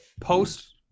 post